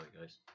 guys